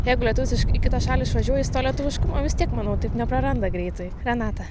jeigu lietuvis iš į kitą šalį išvažiuoja jis to lietuviškumo vis tiek manau taip nepraranda greitai renata